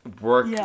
work